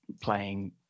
playing